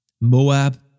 Moab